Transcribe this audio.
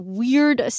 weird